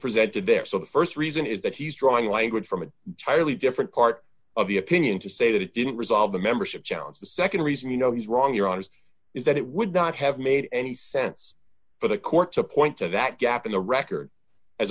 presented there so the st reason is that he's drawing language from a totally different part of the opinion to say that it didn't resolve the membership challenge the nd reason you know he's wrong your honour's is that it would not have made any sense for the court to point to that gap in the record as